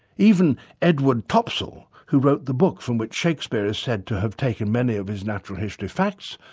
even edward topsell, who wrote the book from which shakespeare is said to have taken many of his natural history facts,